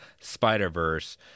Spider-Verse